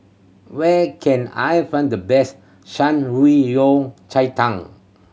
where can I find the best Shan Rui Yao Cai Tang